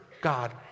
God